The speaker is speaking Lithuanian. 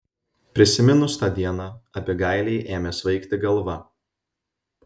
prisiminus tą dieną abigailei ėmė svaigti galva